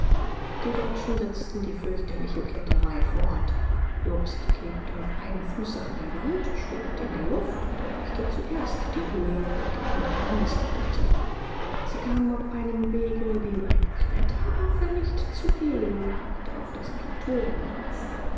die deutschen setzten die fürchterliche kletterei fort jobst klebte auf einem fuße an der wand schwebte in der luft und erreichte zuerst die höhe wo er die andren anseilte sie kamen auf einem wege den ein kletteraffe nicht zu gehen wagt auf das plateau hinauf